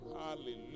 Hallelujah